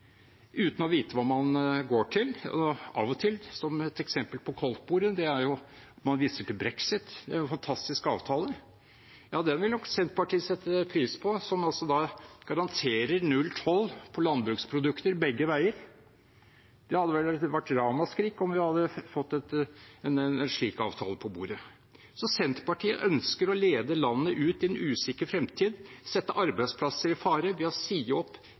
uten å vite hva man går til. Av og til – som et eksempel på koldtbordet – viser man til brexit, det er jo en fantastisk avtale. Ja, den vil nok Senterpartiet sette pris på, som altså garanterer null toll på landbruksprodukter begge veier. Det hadde vært ramaskrik om vi hadde fått en slik avtale på bordet. Senterpartiet ønsker å lede landet ut i en usikker fremtid, sette arbeidsplasser i fare, ved å si opp